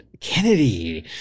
Kennedy